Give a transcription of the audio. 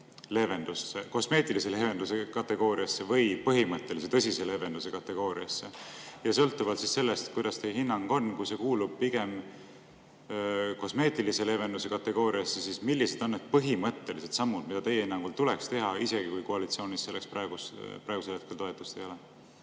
sellisesse kosmeetilise leevenduse kategooriasse või põhimõttelise ja tõsise leevenduse kategooriasse. Sõltuvalt sellest, kuidas teie hinnang on, küsin, et kui see kuulub pigem kosmeetilise leevenduse kategooriasse, siis millised on need põhimõttelised sammud, mida teie hinnangul tuleks teha, isegi kui koalitsioonis selleks praegusel hetkel toetust ei ole.